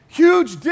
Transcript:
huge